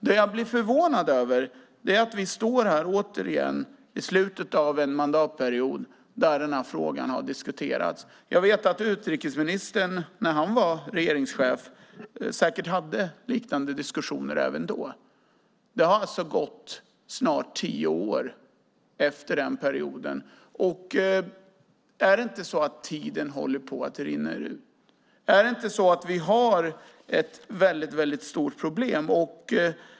Det jag blir förvånad över är att vi återigen står här i slutet av en mandatperiod där denna fråga har diskuterats. Utrikesministern hade säkert liknande diskussioner även när han var regeringschef. Det har gått snart tio år efter den perioden. Är det inte så att tiden håller på att rinna ut? Är det inte så att vi har ett väldigt stort problem?